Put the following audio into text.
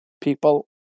People